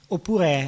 Oppure